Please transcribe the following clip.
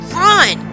run